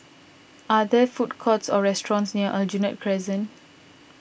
are there food courts or restaurants near Aljunied Crescent